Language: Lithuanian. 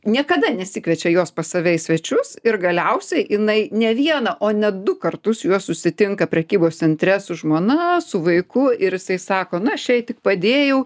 niekada nesikviečia jos pas save į svečius ir galiausia jinai ne vieną o net du kartus juos susitinka prekybos centre su žmona su vaiku ir jisai sako na aš jai tik padėjau